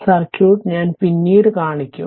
circuit ഞാൻ പിന്നീട് കാണിക്കും